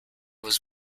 was